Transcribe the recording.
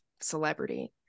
Celebrity